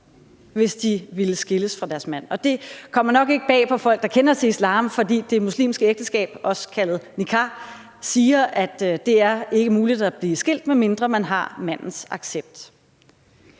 hvis de ville skilles fra deres mand. Og det kommer nok ikke bag på folk, der kender til islam, for det muslimske ægteskab – også kaldet nikah – siger, at det ikke er muligt at blive skilt, medmindre man har mandens accept.